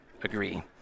Agree